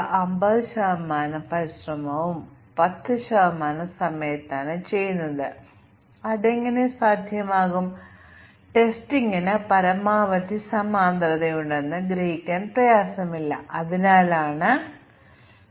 അതിനാൽ black box ഫലപ്രദമായി ശക്തിപ്പെടുത്താനും കവറേജ് അധിഷ്ഠിത ടെസ്റ്റ് സ്യൂട്ടിനെ പ്രതികൂലമായി ശക്തിപ്പെടുത്താനും പ്രതികൂലതയ്ക്ക് ഇക്വലന്റ് മ്യൂട്ടന്റ്നു ഉള്ള പരിഹാരമാണ് ഇവിടെ എഴുതിയിരിക്കുന്നത്